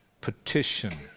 petition